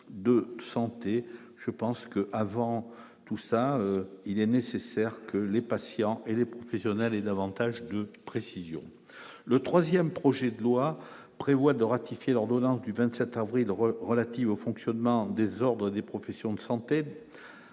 je pense que, avant tout ça, il est nécessaire que les patients et les professionnels et davantage de précisions, le 3ème projet de loi prévoit de ratifier l'ordonnance du 27 avril relative au fonctionnement des ordres des professions de santé,